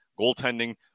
Goaltending